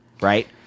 Right